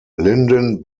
lyndon